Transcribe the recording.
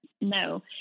No